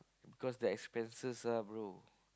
cause the expenses ah bro